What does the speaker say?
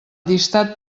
llistat